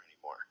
anymore